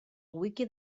wiki